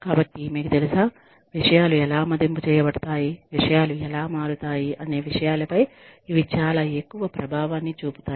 కాబట్టి మీకు తెలుసా విషయాలు ఎలా మదింపు చేయబడతాయి విషయాలు ఎలా మారుతాయి అనే విషయాలు పై ఇవి చాలా ఎక్కువ ప్రభావాన్ని చూపుతాయి